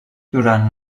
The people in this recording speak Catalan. durant